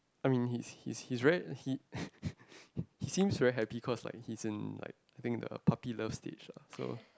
I mean he's he's he's very he he seems very happy cause like he's in like I think the puppy love stage lah so